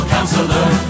Counselor